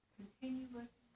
continuous